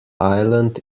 island